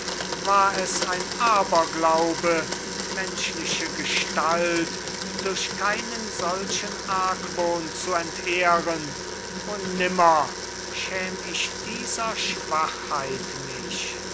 war es ein aberglaube menschliche gestalt durch keinen solchen argwohn zu entehren o nimmer schäm ich dieser schwachheit mich